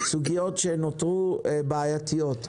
סוגיות שנותרו בעייתיות: